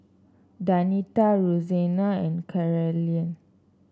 Danita Roseanna and Caryn